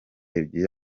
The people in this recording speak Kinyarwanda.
ebyiri